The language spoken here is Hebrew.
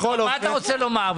טוב, מה אתה רוצה לומר?